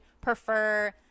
prefer